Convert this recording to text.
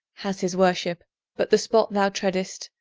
has his worship but the spot thou treadest,